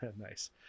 nice